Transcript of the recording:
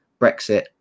brexit